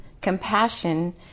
compassion